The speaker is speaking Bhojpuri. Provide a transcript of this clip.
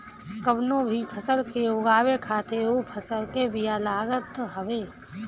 कवनो भी फसल के उगावे खातिर उ फसल के बिया लागत हवे